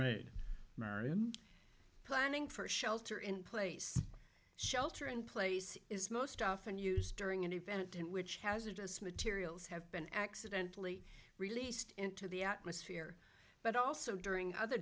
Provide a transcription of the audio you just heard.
made marian planning for shelter in place shelter in place is most often used during an event in which hazardous materials have been accidentally released into the atmosphere but also during other